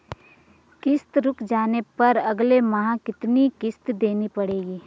किश्त रुक जाने पर अगले माह कितनी किश्त देनी पड़ेगी?